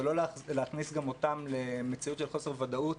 ולא להכניס גם אותם למציאות של חוסר ודאות,